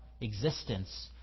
existence